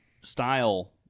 style